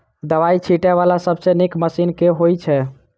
दवाई छीटै वला सबसँ नीक मशीन केँ होइ छै?